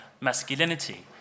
masculinity